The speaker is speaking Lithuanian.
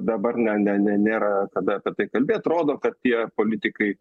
dabar ne ne ne nėra kada apie tai kalbėt rodo kad tie politikai